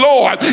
Lord